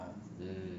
mm